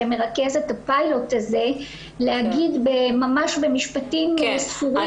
שמרכז את הפיילוט הזה להגיד ממש במשפטים ספורים.